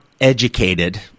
educated